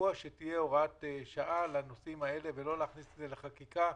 לקבוע שתהיה הוראת שעה לנושאים האלה ולא להכניס את זה לחקיקה,